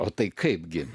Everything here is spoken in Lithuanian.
o tai kaipgi